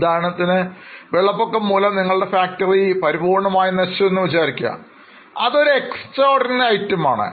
ഉദാഹരണത്തിന് വെള്ളപ്പൊക്കംമൂലം നിങ്ങളുടെ ഫാക്ടറി പൂർണമായും നശിച്ചു അത് extraordinary item ആണ്